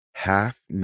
Half